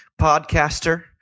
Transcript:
podcaster